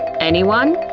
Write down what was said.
anyone?